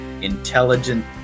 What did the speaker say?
intelligent